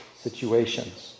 situations